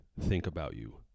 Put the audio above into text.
think-about-you